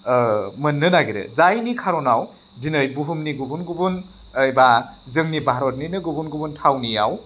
मोननो नागिरो जायनि खारनाव दिनै बुहुमनि गुबुन गुबुन एबा जोंनि भारतनिनो गुबुन गुबुन थावनियाव